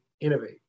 innovate